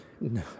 no